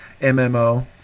MMO